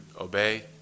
obey